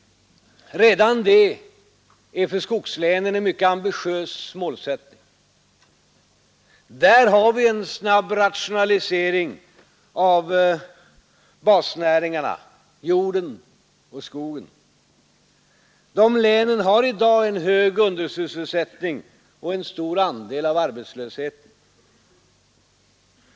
Redan det är för skogslänen en ambitiös målsättning. Där har vi en snabb rationalisering av basnäringarna, jorden och skogen. Dessa län har i dag en hög undersysselsättning och en stor andel av arbetslösheten.